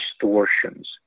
distortions